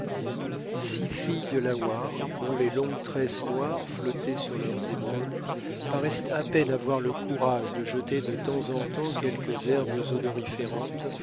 six filles delawares dont les longues tresses noires flottaient sur leurs épaules paraissaient à peine avoir le courage de jeter de temps en temps quelques herbes odoriférantes